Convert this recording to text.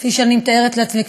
כפי שאני מתארת לעצמי,